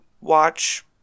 watch